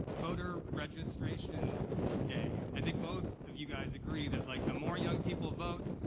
voter registration day. i think both of you guys agree that, like, the more young people vote